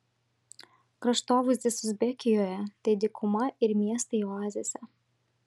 kraštovaizdis uzbekijoje tai dykuma ir miestai oazėse